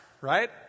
right